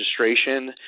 registration